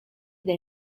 dai